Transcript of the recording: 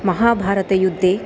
महाभारतयुद्धे